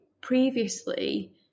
previously